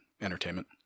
entertainment